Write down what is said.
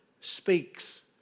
speaks